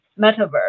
metaverse